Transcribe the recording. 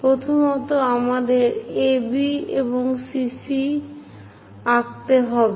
প্রথমত আমাদের AB এবং CC' আঁকতে হবে